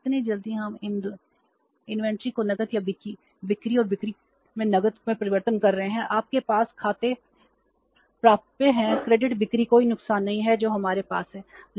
लेकिन कितनी जल्दी हम इन्वेंट्री को नकद या बिक्री और बिक्री में नकदी में परिवर्तित कर रहे हैं आपके पास खाते प्राप्य हैं क्रेडिट बिक्री कोई नुकसान नहीं है जो हमारे पास है